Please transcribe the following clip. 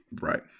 Right